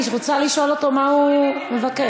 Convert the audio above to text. אני רוצה לשאול אותו מה הוא מבקש.